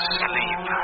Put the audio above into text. sleep